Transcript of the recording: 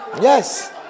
Yes